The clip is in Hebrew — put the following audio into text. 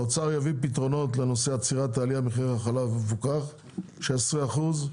האוצר יביא פתרונות לנושא עצירת עליית מחירי החלב המפוקח ב-16 אחוזים